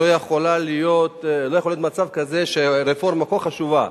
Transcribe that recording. שלא יכול להיות מצב כזה שרפורמה כה חשובה,